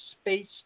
space